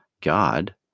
God